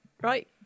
right